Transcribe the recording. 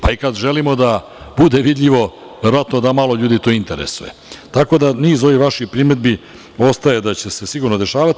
Pa, kada želimo da bude vidljivo verovatno da malo ljudi to interesuje, tako da niz ovih vaših primedbi ostaje da će se sigurno dešavati.